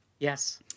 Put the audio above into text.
Yes